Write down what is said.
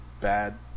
bad